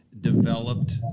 developed